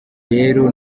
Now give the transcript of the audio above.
rero